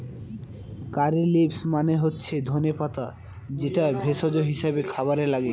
কারী leaves মানে হচ্ছে ধনে পাতা যেটা ভেষজ হিসাবে খাবারে লাগে